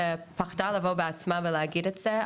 עולה שפחדה לבוא בעצמה ולהגיד את זה,